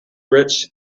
rich